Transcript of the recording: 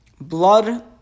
blood